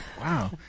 Wow